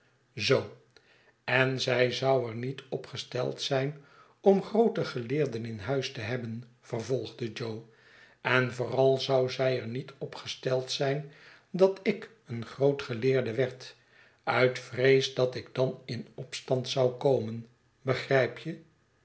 zoo r en zij zou er niet op gesteld zijn om groote geleerden in huis te hebben vervolgde jo en vooral zou zij er niet op gesteld zijn dat ik een groot geleerde werd uit vrees dat ik dan in opstand zou komen begrijp je